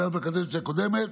זה היה בקדנציה הקודמת,